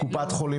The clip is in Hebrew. קופת חולים